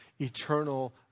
eternal